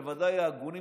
בוודאי ההגונים,